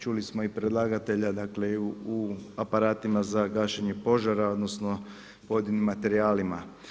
Čuli smo i predlagatelja i u aparatima za gašenje požara, odnosno pojedinim materijalima.